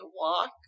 walk